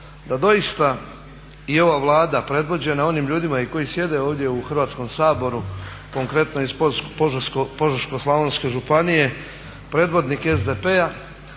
da doista i ova Vlada predvođena onim ljudima koji sjede ovdje u Hrvatskom saboru, konkretno iz Požeško-slavonske županije predvodnik SDP-a,